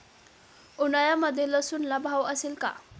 उन्हाळ्यामध्ये लसूणला भाव असेल का?